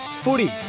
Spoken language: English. Footy